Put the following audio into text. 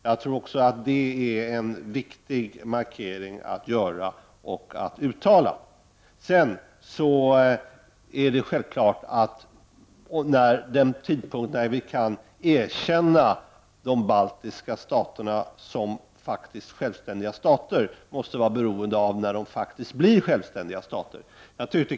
Jag tror att det är viktigt att göra den markeringen och att uttala det. Det är självklart att den tidpunkt vid vilken vi kan erkänna de baltiska staterna som självständiga stater måste vara beroende av när de faktiskt blir självständiga stater. Herr talman!